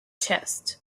chest